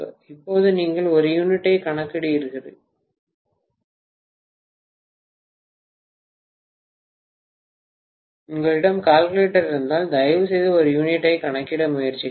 இப்போது நீங்கள் ஒரு யூனிட்டைக் கணக்கிடுகிறீர்கள் உங்களிடம் கால்குலேட்டர் இருந்தால் தயவுசெய்து ஒரு யூனிட்டைக் கணக்கிட முயற்சிக்கவும்